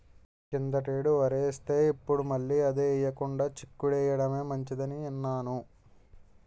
కిందటేడు వరేస్తే, ఇప్పుడు మళ్ళీ అదే ఎయ్యకుండా చిక్కుడు ఎయ్యడమే మంచిదని ఇన్నాను